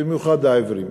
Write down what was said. במיוחד העיוורים.